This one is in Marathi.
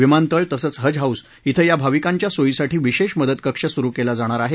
विमानतळ तसंच हज हाऊस श्वे या भाविकांच्या सोयीसाठी विशेष मदत कक्ष सुरु केला जाणार आहे